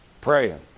praying